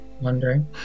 Wondering